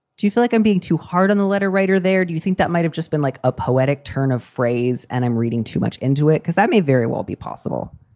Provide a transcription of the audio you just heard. do you feel like i'm being too hard on the letter writer there? do you think that might have just been like a poetic turn of phrase? and i'm reading too much into it because that may very well be possible?